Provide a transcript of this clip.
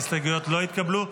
ההסתייגויות לא התקבלו.